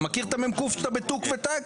אתה מכיר את המ"ק כשאתה בטוק וטק?